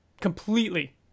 Completely